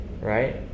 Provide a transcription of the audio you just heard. right